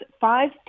five